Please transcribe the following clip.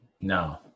No